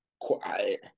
Quiet